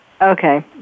Okay